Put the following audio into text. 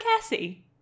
Cassie